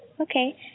Okay